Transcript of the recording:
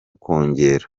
kongera